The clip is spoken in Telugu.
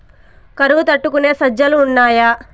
కరువు తట్టుకునే సజ్జలు ఉన్నాయా